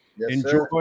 Enjoy